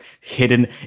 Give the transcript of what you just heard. hidden